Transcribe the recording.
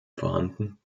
vorhanden